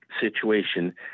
situation